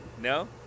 No